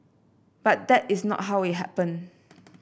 but that is not how it happened